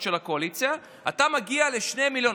של הקואליציה אתה מגיע לשני מיליון.